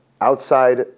outside